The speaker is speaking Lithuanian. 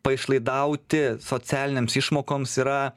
paišlaidauti socialinėms išmokoms yra